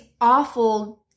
awful